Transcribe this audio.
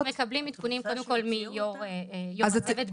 אנחנו מקבלים עדכונים קודם כל מיו"ר הצוות בעצמו.